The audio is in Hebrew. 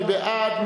מי בעד?